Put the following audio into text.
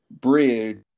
bridge